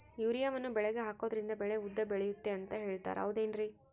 ಯೂರಿಯಾವನ್ನು ಬೆಳೆಗೆ ಹಾಕೋದ್ರಿಂದ ಬೆಳೆ ಉದ್ದ ಬೆಳೆಯುತ್ತೆ ಅಂತ ಹೇಳ್ತಾರ ಹೌದೇನ್ರಿ?